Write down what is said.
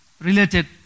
related